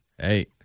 Hey